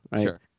Sure